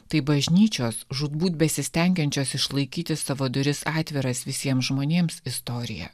tai bažnyčios žūtbūt besistengiančios išlaikyti savo duris atviras visiem žmonėms istorija